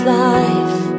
life